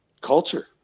culture